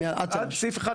עד סעיף 1,